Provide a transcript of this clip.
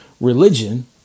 Religion